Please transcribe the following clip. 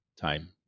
time